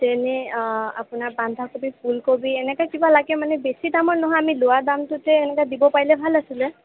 যেনে আপোনাৰ বন্ধাকবি ওলকবি এনেকে কিবা লাগে মানে বেছি দামৰ নহয় আমি লোৱা দামটোতে এনেকে দিব পাৰিলে ভাল আছিলে